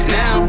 now